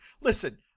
Listen